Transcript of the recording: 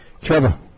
Trevor